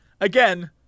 again